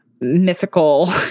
mythical